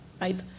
right